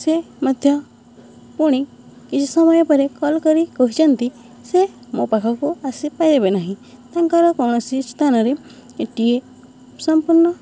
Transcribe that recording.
ସେ ମଧ୍ୟ ପୁଣି କିଛି ସମୟ ପରେ କଲ୍ କରି କହିଛନ୍ତି ସେ ମୋ ପାଖକୁ ଆସିପାରିବେ ନାହିଁ ତାଙ୍କର କୌଣସି ସ୍ଥାନରେଟିଏ ସମ୍ପୂର୍ଣ୍ଣ